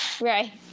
Right